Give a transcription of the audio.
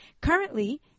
Currently